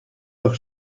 leurs